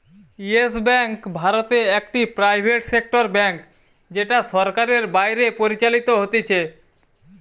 yes Bank ভারতে একটি private sector bank যেটা সরকারের বাইরে পরিচালিত হতিছে